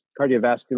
cardiovascular